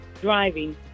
Driving